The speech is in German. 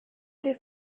dir